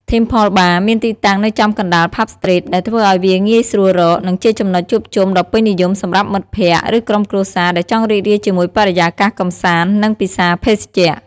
Temple Bar មាន ទីតាំងនៅចំកណ្តាល ផាប់ ស្ទ្រីត ដែលធ្វើឲ្យវាងាយស្រួលរក និងជាចំណុចជួបជុំដ៏ពេញនិយមសម្រាប់មិត្តភក្តិ ឬក្រុមគ្រួសារដែលចង់រីករាយជាមួយបរិយាកាសកម្សាន្ត និងពិសាភេសជ្ជៈ។